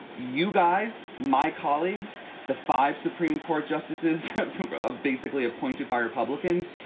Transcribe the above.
you guys, my colleagues, the five supreme court justices ah basically appointed by republicans,